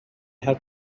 have